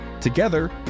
Together